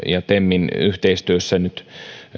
ja temin yhteistyössä nyt